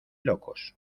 locos